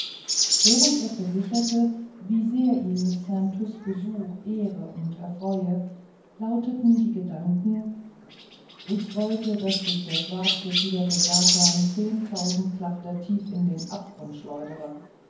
während er versicherte wie sehr ihn des herrn tyß besuch ehre und erfreue lauteten die gedanken ich wollte daß dich der schwarzgefiederte satan zehntausend klafter tief in den abgrund schleudere